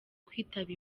kwitaba